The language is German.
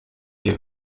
mir